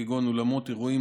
כגון אולמות אירועים,